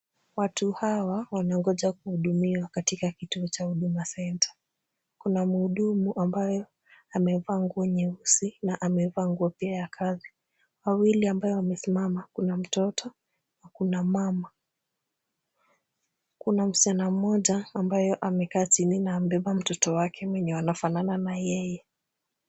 Watu hawa wanangoja kuhudumiwa katika kituo cha Huduma Center . Kuna mhudumu ambaye amevaa nguo nyeusi na amevaa nguo pia ya kazi. Wawili ambao wamesimama kuna mtoto na kuna mama. Kuna msichana mmoja ambayo amekaa chini na amebeba mtoto wake mwenye wanafanana na yeye.